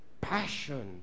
passion